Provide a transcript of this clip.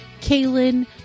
Kaylin